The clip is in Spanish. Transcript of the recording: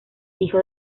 hijo